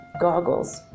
goggles